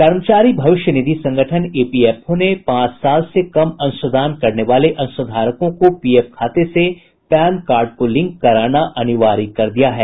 कर्मचारी भविष्य निधि संगठन ईपीएफओ ने पांच साल से कम अंशदान देने वाले अंशधारकों को पीएफ खाते से पैन कार्ड को लिंक कराना अनिवार्य कर दिया है